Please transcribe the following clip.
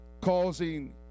causing